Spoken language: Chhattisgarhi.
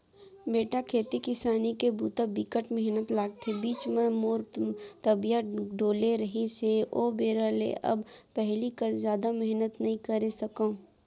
बेटा खेती किसानी के बूता बिकट मेहनत लागथे, बीच म मोर तबियत डोले रहिस हे ओ बेरा ले अब पहिली कस जादा मेहनत नइ करे सकव